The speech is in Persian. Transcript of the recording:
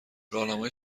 راهنمای